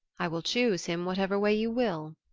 i will choose him whatever way you will,